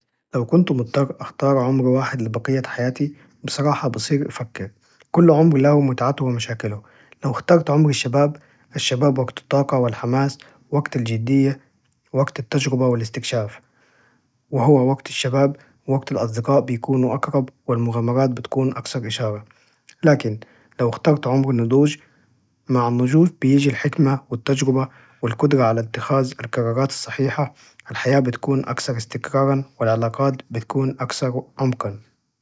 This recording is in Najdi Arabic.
لو كنت متضر أختار عمر واحد لبقية حياتي، بصراحة بصير أفكر كل عمر له متعته ومشاكله لو اخترت عمر الشباب، الشباب وقت الطاقة، والحماس، وقت الجدية، وقت التجربة، والاستكشاف، وهو وقت الشباب، ووقت الأصدقاء بيكونوا أقرب، والمغامرات بتكون أكثر إثارة، لكن لو اخترت عمر النضوج مع النضوج بيجي الحكمة والتجربة والقدرة على اتخاذ القرارات الصحيحة، الحياة بتكون أكثر استقراراً والعلاقات بتكون أكثر عمقاً.